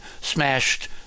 smashed